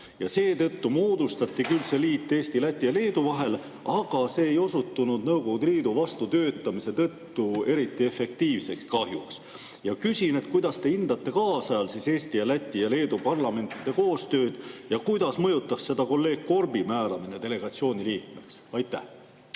Seetõttu moodustati see liit Eesti, Läti ja Leedu vahel, aga see ei osutunud Nõukogude Liidu vastutöötamise tõttu kahjuks eriti efektiivseks. Küsin: kuidas te hindate kaasajal Eesti, Läti ja Leedu parlamendi koostööd ja kuidas mõjutaks seda kolleeg Korbi määramine delegatsiooni liikmeks? Aitäh!